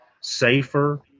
safer